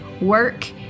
work